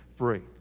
free